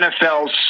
NFL's